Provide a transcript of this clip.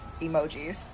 emojis